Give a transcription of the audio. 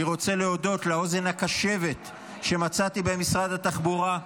אני רוצה להודות לאוזן הקשבת שמצאתי במשרד התחבורה,